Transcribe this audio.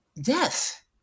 death